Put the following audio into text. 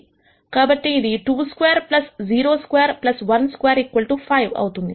కాబట్టి ఇది 22 0212 5 అవుతుంది